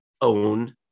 own